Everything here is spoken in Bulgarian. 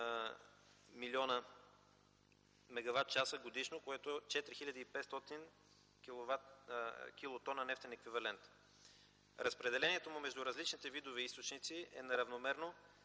млн. мегават часа годишно, което е 4500 килотона нефтен еквивалент. Разпределението между различните видове източници е неравномерно,